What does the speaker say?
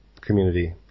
community